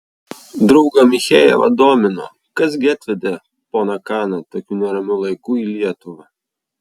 draugą michejevą domino kas gi atvedė poną kaną tokiu neramiu laiku į lietuvą